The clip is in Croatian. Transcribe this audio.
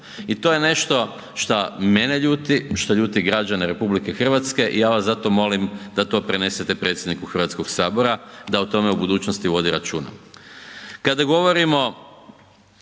I to nešto šta mene ljuti, šta ljuti građane RH i ja vas zato molim da to prenesete predsjedniku Hrvatskog sabora da o tome u budućnosti vodi računa.